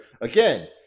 Again